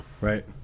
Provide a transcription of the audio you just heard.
Right